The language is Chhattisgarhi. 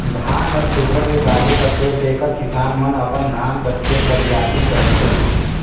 धान हर सुग्घर ले बाढ़े कस होएल तेकर किसान मन अपन धान कर खेत ल बियासी करथे